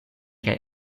kaj